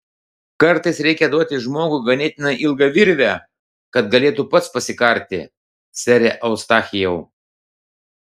kartais reikia duoti žmogui ganėtinai ilgą virvę kad galėtų pats pasikarti sere eustachijau